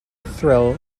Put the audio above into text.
thrill